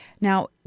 Now